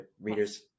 readers